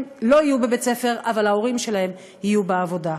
לא יהיו בבית-ספר אבל ההורים שלהם יהיו בעבודה.